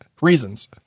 Reasons